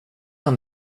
han